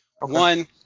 One